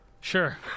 Sure